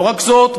לא רק זאת,